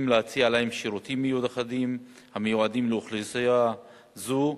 להציע להם שירותים מיוחדים המיועדים לאוכלוסייה זו,